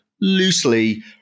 loosely